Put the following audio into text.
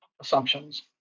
assumptions